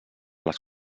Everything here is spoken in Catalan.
les